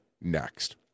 next